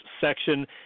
section